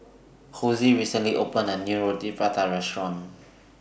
Hosie recently opened A New Roti Prata Restaurant